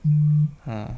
mm